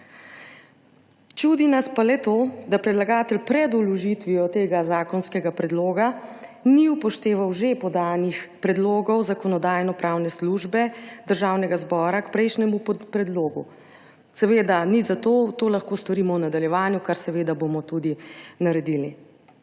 Čudi nas le to, da predlagatelj pred vložitvijo tega zakonskega predloga ni upošteval že podanih predlogov Zakonodajno-pravne službe Državnega zbora k prejšnjemu predlogu. Nič za to. To lahko storimo v nadaljevanju, kar seveda bomo tudi naredili.